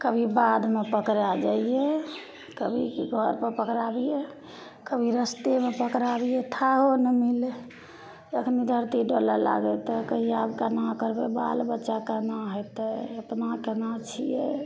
कभी बाधमे पकड़ा जइए कभी घरपर पकड़ा बइए कभी रस्तेमे पकड़ा बइए थाहो नहि मिलय कखनो धरती डोलय लागय तऽ कहियै आब केना करबय बाल बच्चा केना हेतय अपना केना छियै